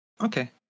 Okay